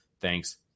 Thanks